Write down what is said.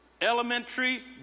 elementary